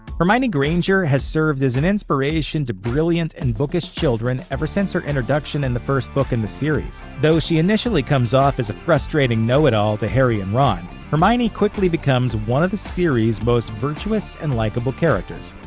hermione granger has served as an inspiration to brilliant and bookish children ever since her introduction in the first book in the series. though she initially comes off as a frustrating know-it-all to harry and ron, hermione quickly becomes one of the series' most virtuous and likeable characters.